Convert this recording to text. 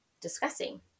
discussing